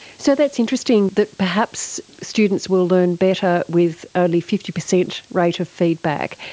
so, that's interesting that perhaps students will learn better with only fifty percent rate of feedback.